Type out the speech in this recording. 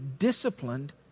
Disciplined